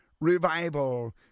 revival